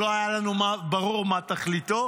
שלא היה לנו ברור מה תכליתו.